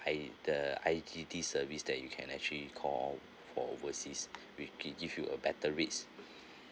I the I_D_D service that you can actually call for overseas we it give you a better rates